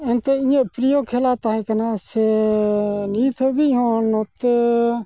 ᱮᱱᱛᱮᱫ ᱤᱧᱟᱹᱜ ᱯᱨᱤᱭᱚ ᱠᱷᱮᱞᱟ ᱛᱟᱦᱮᱸᱠᱟᱱᱟ ᱥᱮᱻ ᱱᱤᱛᱦᱟᱹᱵᱤᱡᱦᱚᱸ ᱱᱚᱛᱮ